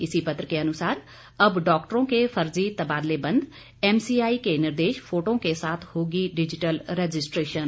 इसी पत्र के अनुसार अब डॉक्टरों के फर्जी तबादले बंद एमसीआई के निर्देश फोटो के साथ होगी डिजिटल रजिस्ट्रेशन